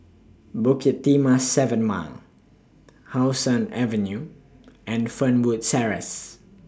Bukit Timah seven Mile How Sun Avenue and Fernwood Terrace